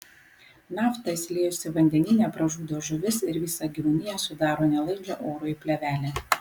nafta išsiliejusi vandenyne pražudo žuvis ir visą gyvūniją sudaro nelaidžią orui plėvelę